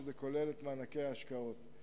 שזה כולל את מענקי ההשקעות.